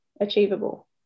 achievable